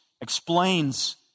explains